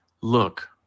Look